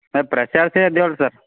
ಅದು ಇದ್ದೀವಲ ಸರ್